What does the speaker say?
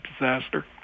disaster